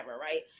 right